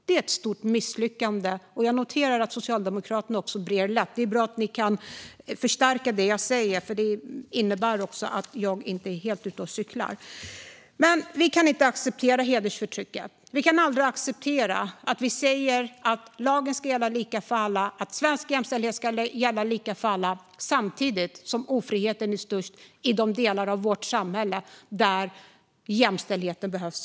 Det är ett stort misslyckande. Jag noterar att Socialdemokraterna ler brett. Det är bra att ni kan förstärka det jag säger, för det innebär att jag inte är helt ute och cyklar. Vi kan inte acceptera hedersförtrycket. Vi kan aldrig acceptera att man säger att lagen och svensk jämställdhet ska gälla lika för alla men att ofriheten samtidigt är störst i de delar av vårt samhälle där jämställdheten behövs som mest.